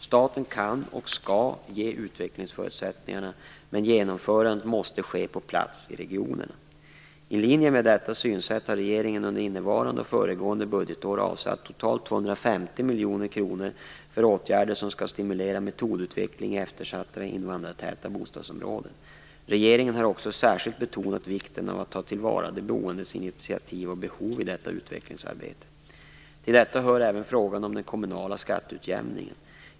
Staten kan, och skall, ge utvecklingsförutsättningarna, men genomförandet måste ske på plats i regionerna. I linje med detta synsätt har regeringen under innevarande och föregående budgetår avsatt totalt 250 miljoner kronor för åtgärder som skall stimulera metodutveckling i eftersatta och invandrartäta bostadsområden. Regeringen har också särskilt betonat vikten av att ta till vara de boendes initiativ och behov i detta utvecklingsarbete. Till detta hör även frågan om den kommunala skatteutjämningen.